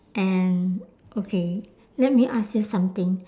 and okay let me ask you something